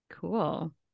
Cool